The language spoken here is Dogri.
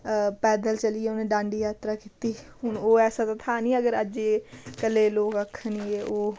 पैदल चलियै उ'नें दांडी यात्रा कीती हून ओह् ऐसा ते था नी अगर अज्जकल्लै लोक आखन कि ओह्